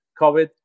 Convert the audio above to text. COVID